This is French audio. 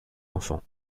enfants